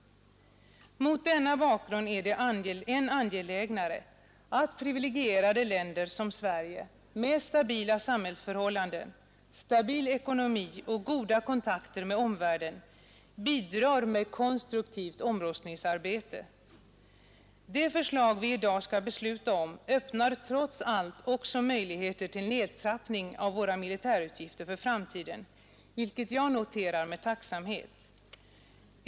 Mot denna bakgrund är det än angelägnare att privilegierade länder som Sverige med stabila samhällsförhållanden, stabil ekonomi och goda kontakter med omvärlden bidrar med konstruktivt Det förslag vi i dag skall besluta om öppnar trots allt också möjligheter till nedtrappning av våra militärutgifter för framtiden, vilket jag noterar med tacksamhet.